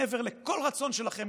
מעבר לכל רצון שלכם,